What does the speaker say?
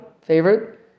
favorite